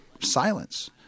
silence